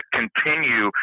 continue